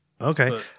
okay